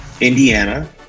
Indiana